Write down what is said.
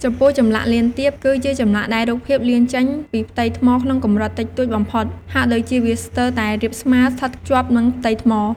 ចំពោះ ចម្លាក់លៀនទាប គឺជាចម្លាក់ដែលរូបភាពលៀនចេញពីផ្ទៃថ្មក្នុងកម្រិតតិចតួចបំផុត ហាក់ដូចជាវាស្ទើរតែរាបស្មើសិ្ថតជាប់នឹងផ្ទៃថ្ម។